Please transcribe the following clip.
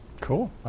Cool